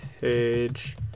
page